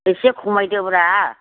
एसे खमायदोब्रा